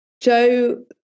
Joe